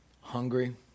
hungry